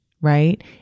right